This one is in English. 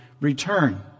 return